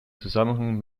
zusammenhang